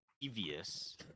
devious